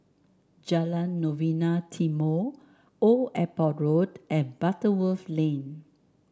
Jalan Novena Timor Old Airport Road and Butterworth Lane